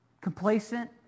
complacent